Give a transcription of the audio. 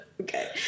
Okay